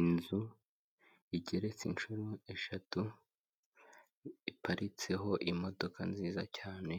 Inzu igeretse inshuro eshatu, iparitseho imodoka nziza cyane,